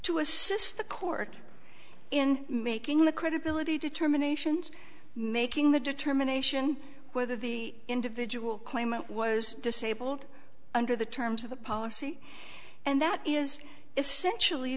to assist the court in making the credibility determination and making the determination whether the individual claimant was disabled under the terms of the policy and that is essentially